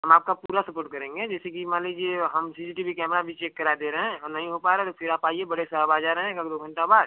हम आपका पूरा सपोर्ट करेंगे जैसे कि मान लीजिए हम C C T V camera भी चेक करा दे रहे हैं और नहीं हो पा रहा तो फिर आप आइए बड़े साहब आ जा रहे हैं एकाध दो घंटा बाद